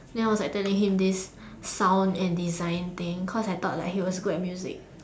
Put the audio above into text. then I was like telling him this sound and design thing cause I thought like he was good at music